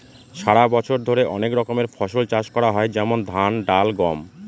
সারা বছর ধরে অনেক রকমের ফসল চাষ করা হয় যেমন ধান, ডাল, গম